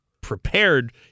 prepared